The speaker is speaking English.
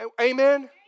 Amen